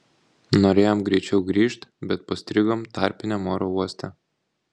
norėjom greičiau grįžt bet pastrigom tarpiniam oro uoste